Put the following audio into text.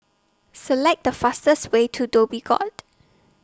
Select The fastest Way to Dhoby Ghaut